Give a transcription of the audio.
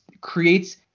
creates